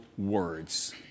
Words